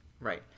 Right